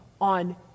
on